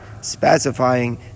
specifying